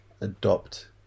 adopt